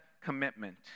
commitment